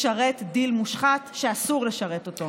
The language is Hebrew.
לשרת דיל מושחת שאסור לשרת אותו.